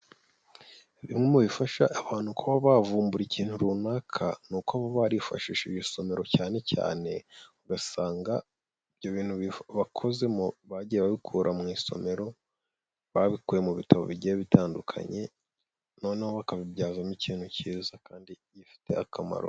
Bimwe mu bifasha abantu kuba bavumbura ikintu runaka ni uko baba barifashishije isomero cyane cyane, ugasanga ibyo bintu bakozemo bagiye babikura mu isomero, babikuye mu bitabo bigiye bitandukanye, noneho bakabibyazamo ikintu kiza kandi gifite akamaro.